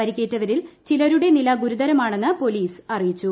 പരിക്കേറ്റവരിൽ ചിലരുടെ നില ഗുരുതരമാണെന്ന് പോലീസ് അറിയിച്ചു